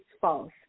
false